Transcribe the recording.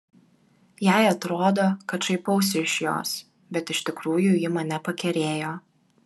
jai atrodo kad šaipausi iš jos bet iš tikrųjų ji mane pakerėjo